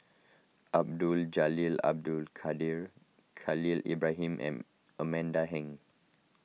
Abdul Jalil Abdul Kadir Khalil Ibrahim and Amanda Heng